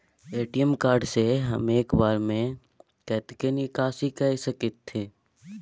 ATM card से हम एक बेर में कतेक निकासी कय सके छथिन?